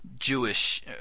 Jewish